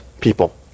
people